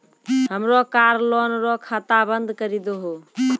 हमरो car loan रो खाता बंद करी दहो